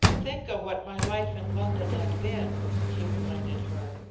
think of what my life in london had been, he reminded her.